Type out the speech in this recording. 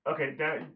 Okay